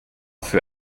für